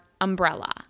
umbrella